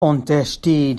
untersteh